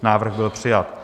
Návrh byl přijat.